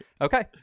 Okay